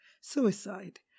suicide